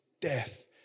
death